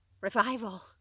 revival